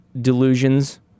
delusions